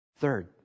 third